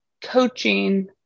coaching